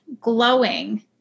glowing